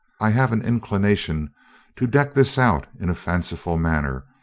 i have an inclination to deck this out in a fanciful manner,